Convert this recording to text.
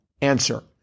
answer